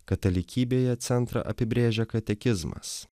katalikybėje centrą apibrėžia katekizmas